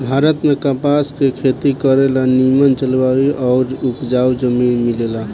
भारत में कपास के खेती करे ला निमन जलवायु आउर उपजाऊ जमीन मिलेला